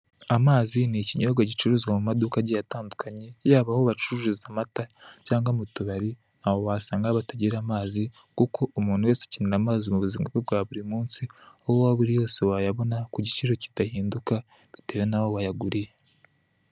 Amazi ni ikinyobwa gicuruzwa mu maduka agiye atandukanye, yaba aho bacururiza amata cyangwa mu tubari, aho wasanga batagira amazi kuko umuntu wese ikintu n'amazi mu buzima bwe bwa buri munsi aho waba uri hose wayabona ku giciro kitahinduka bitewe n'aho wayaguriye.